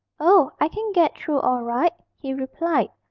oh, i can get through all right he replied.